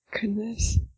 Goodness